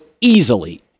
easily